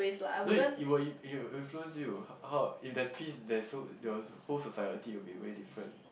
no need it will it will influence you how how if there's peace there's so the whole society will be way different